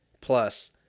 plus